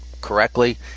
correctly